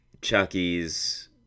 Chucky's